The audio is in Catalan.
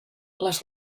les